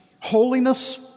holiness